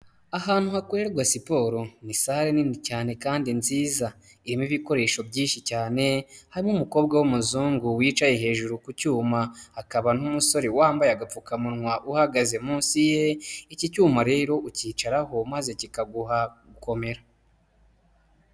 Ahantu hakorerwa siporo, ni sare nini cyane kandi nziza, irimo ibikoresho byinshi cyane, harimo umukobwa w'umuzungu wicaye hejuru ku cyuma, hakaba n'umusore wambaye agapfukamunwa uhagaze munsi ye, iki cyuma rero ukicaraho maze kikaguha gukomera.